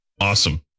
Awesome